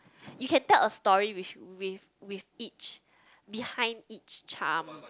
you can tell a story with with with each behind each charm